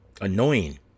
Annoying